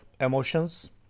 emotions